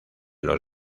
los